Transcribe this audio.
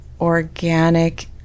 organic